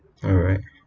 alright